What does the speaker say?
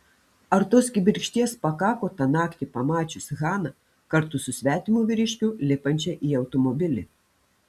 ar tos kibirkšties pakako tą naktį pamačius haną kartu su svetimu vyriškiu lipančią į automobilį